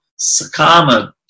Sakama